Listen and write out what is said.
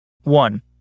One